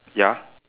ya